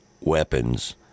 weapons